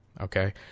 okay